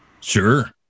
sure